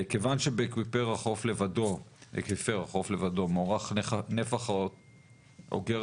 כיוון שבאקוויפר החוף לבדו מוערך נפח האוגר